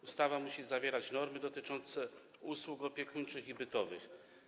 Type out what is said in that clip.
Ustawa musi zawierać normy dotyczące usług opiekuńczych i bytowych.